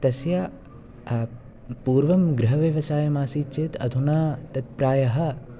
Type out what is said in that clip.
तस्य पूर्वं गृहव्यवसायमासीत् चेत् अधुना तत् प्रायः